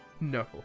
No